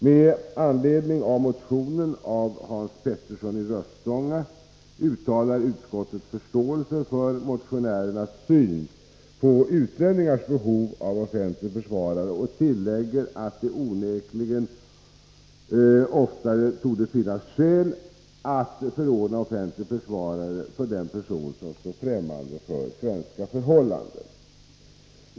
Med anledning av en motion av Hans Petersson i Röstånga uttalar utskottet förståelse för motionärens syn på utlänningars behov av offentlig försvarare och tillägger att det onekligen oftare torde finnas skäl att förordna offentlig försvarare för den person som står främmande inför svenska förhållanden.